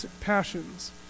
passions